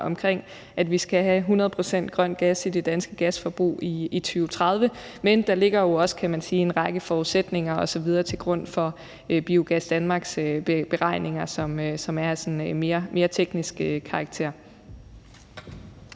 om, at vi skal have 100 pct. grøn gas i det danske gasforbrug i 2030, men der ligger jo også, kan man sige, en række forudsætninger osv. til grund for Biogas Danmarks beregninger, som er af sådan mere teknisk karakter.